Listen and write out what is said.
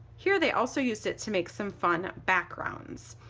here they also used it to make some fun backgrounds.